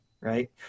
right